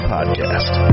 Podcast